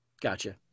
Gotcha